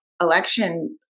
election